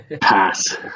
Pass